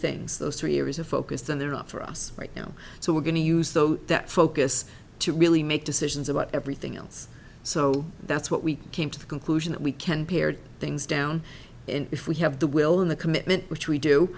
things those three areas are focused and they're up for us right now so we're going to use those that focus to really make decisions about everything else so that's what we came to the conclusion that we can pared things down and if we have the will and the commitment which we do